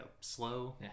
slow